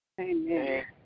Amen